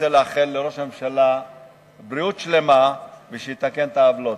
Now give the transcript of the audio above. רוצה לאחל לראש הממשלה בריאות שלמה ושיתקן את העוולות.